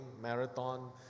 marathon